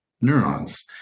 neurons